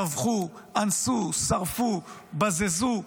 טבחו, אנסו, שרפו, בזזו,